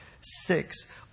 six